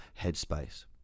headspace